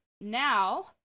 Now